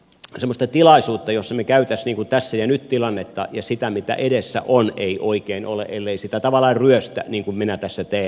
semmoista tilaisuutta jossa me kävisimme tässä ja nyt tilannetta ja sitä mitä edessä on ei oikein ole ellei sitä tavallaan ryöstä niin kuin minä tässä teen